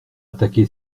attaqué